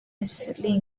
necessarily